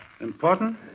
Important